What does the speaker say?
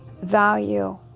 value